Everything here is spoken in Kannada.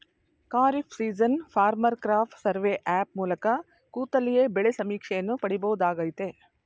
kharif season farmer crop survey app ಮೂಲಕ ಕೂತಲ್ಲಿಯೇ ಬೆಳೆ ಸಮೀಕ್ಷೆಯನ್ನು ಪಡಿಬೋದಾಗಯ್ತೆ